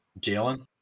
Jalen